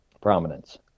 prominence